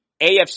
AFC